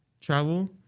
travel